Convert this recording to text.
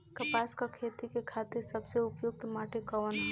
कपास क खेती के खातिर सबसे उपयुक्त माटी कवन ह?